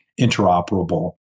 interoperable